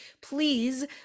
please